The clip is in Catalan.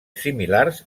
similars